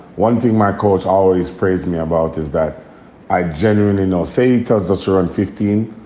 one thing my coach always praised me about is that i generally know say because this year on fifteen,